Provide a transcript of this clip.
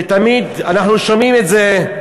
שתמיד אנחנו שומעים את זה,